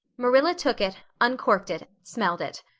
marilla took it, uncorked it, smelled it.